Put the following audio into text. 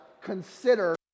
consider